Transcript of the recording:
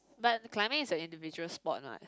but climbing is a individual sport what